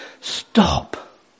Stop